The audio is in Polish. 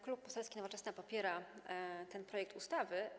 Klub Poselski Nowoczesna popiera ten projekt ustawy.